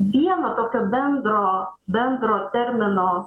vieno tokio bendro bendro termino